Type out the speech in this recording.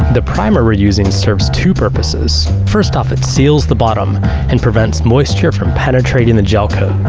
the primer reusing serves two purposes. first off, it seals the bottom and prevents moisture from penetrating the gel coat,